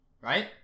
Right